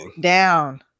down